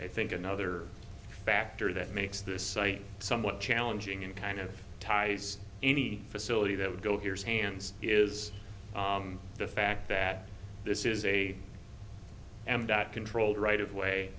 i think another factor that makes this site somewhat challenging and kind of ties any facility that would go here is hands is the fact that this is a controlled right of way